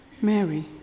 Mary